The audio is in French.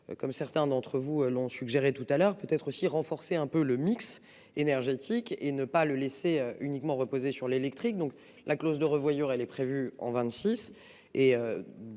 Comme certains d'entre vous l'ont suggéré tout à l'heure peut être aussi renforcer un peu le mix énergétique et ne pas le laisser uniquement reposer sur l'électrique, donc la clause de revoyure, elle est prévue en 26 et.